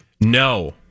No